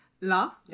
La